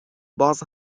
باز